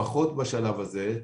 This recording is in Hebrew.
לפחות בשלב הזה,